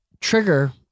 trigger